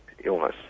illness